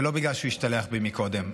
ולא בגלל שהוא השתלח בי מקודם.